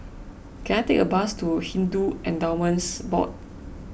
can I take a bus to Hindu Endowments Board